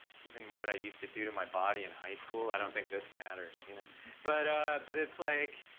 given what i used to do to my body in high school, i don't think this matters you know but ah but it's like,